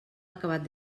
acabat